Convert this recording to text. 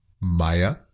Maya